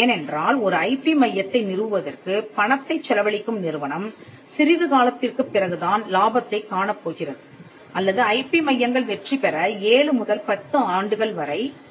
ஏனென்றால் ஒரு ஐபி மையத்தை நிறுவுவதற்குப் பணத்தைச் செலவழிக்கும் நிறுவனம் சிறிது காலத்திற்குப் பிறகுதான் லாபத்தைக் காணப் போகிறது அல்லது ஐபி மையங்கள் வெற்றிபெற 7 முதல் 10 ஆண்டுகள் வரை தேவை